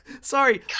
Sorry